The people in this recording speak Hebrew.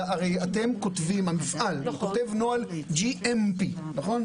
המפעל כותב נוהל GMP נכון?